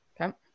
Okay